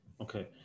okay